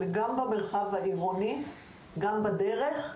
זה גם במרחב העירוני וגם בדרך.